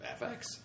FX